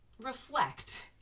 reflect